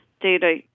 data